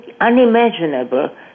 unimaginable